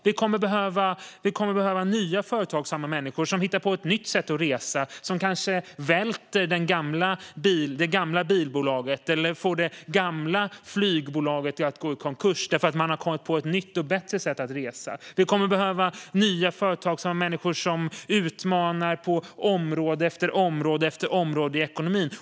Vi kommer att behöva nya företagsamma människor som hittar på nya och bättre sätt att resa och som kanske välter det gamla bilbolaget eller får det gamla flygbolaget att gå i konkurs. Vi kommer att behöva nya företagsamma människor som utmanar på område efter område i ekonomin.